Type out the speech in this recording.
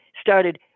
started